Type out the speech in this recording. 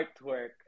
artwork